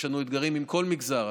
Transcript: יש לנו אתגרים עם כל מגזר,